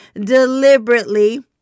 deliberately